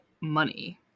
money